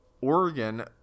Oregon